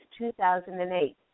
2008